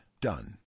Done